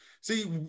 See